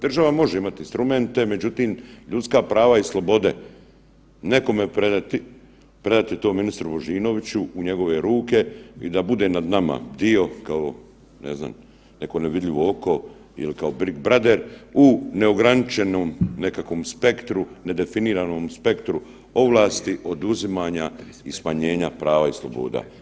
Država može imati instrumente, međutim, ljudska prava i slobode nekome predati, predati to ministru Božinoviću u njegove ruke i da bude nad nama dio, kao, ne znam, neko nevidljivo oko ili kao Big Brother u neograničenom nekakvom spektru, nedefiniranom spektru ovlasti, oduzimanja i smanjenja prava i sloboda.